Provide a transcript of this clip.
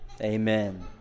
Amen